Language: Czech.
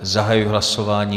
Zahajuji hlasování.